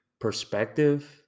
perspective